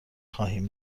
خواهیم